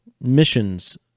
missions